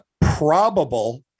probable